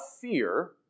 fear